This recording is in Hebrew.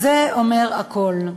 זה אומר הכול.